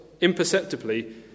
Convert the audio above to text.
imperceptibly